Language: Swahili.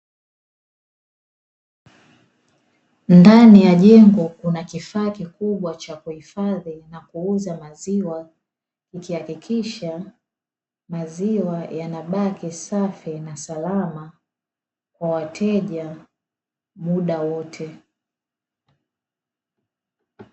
Ndani ya jengo kuna kifaa kikubwa cha kuhifadhi na kuuza maziwa, kikihakikisha maziwa yanabakia safi na Salama kwa wateja muda wote.